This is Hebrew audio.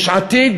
יש עתיד